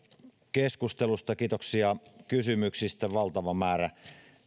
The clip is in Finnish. keskustelusta ja kiitoksia kysymyksistä valtava määrä